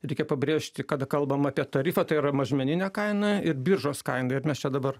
reikia pabrėžti kad kalbam apie tarifą tai yra mažmeninę kainą ir biržos kainą ir mes čia dabar